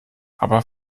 aber